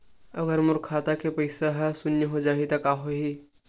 अगर मोर खाता के पईसा ह शून्य हो जाही त का होही?